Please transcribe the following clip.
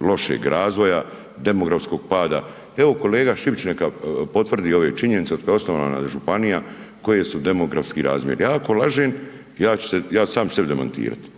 lošeg razvoja, demografskog pada, evo kolega …/nerazumljivo/… neka potvrdi ove činjenice od kad je osnovana županija koje su demografski razmjeri, ja ako lažem ja ću sam sebi demantirati.